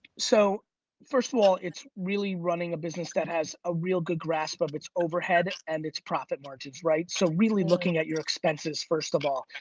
so first of all, it's really running a business that has a real good grasp of its overhead and its profit margins, right? so really looking at your expenses, first of all,